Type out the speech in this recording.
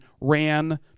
ran